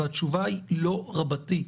התשובה היא: לא רבתי,